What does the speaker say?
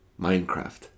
Minecraft